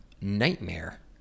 nightmare